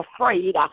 afraid